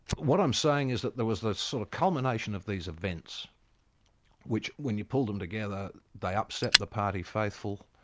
what i'm saying is that there was the sort of culmination of these events which when you pulled them together, they upset the party faithful,